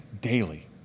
daily